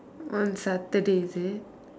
on Saturday is it